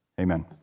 Amen